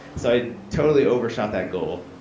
so i totally overshot that goal.